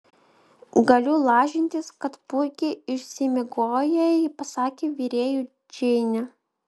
galiu lažintis kad puikiai išsimiegojai pasakė virėjui džeinė